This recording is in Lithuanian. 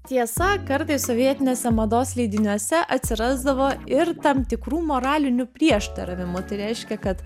tiesa kartais sovietiniuose mados leidiniuose atsirasdavo ir tam tikrų moralinių prieštaravimų tai reiškia kad